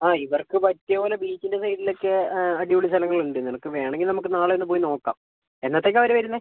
ആ ഇവർക്ക് പറ്റിയ പോലെ ബീച്ചിൻ്റെ സൈഡിൽ ഒക്കെ അടിപൊളി സ്ഥലങ്ങൾ ഉണ്ട് നിനക്ക് വേണമെങ്കിൽ നാളെ ഒന്ന് പോയി നോക്കാം എന്നത്തേക്കാണ് അവർ വരുന്നത്